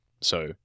So-